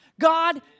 God